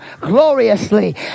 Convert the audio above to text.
gloriously